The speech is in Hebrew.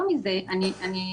יותר מזה אומר,